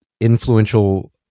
influential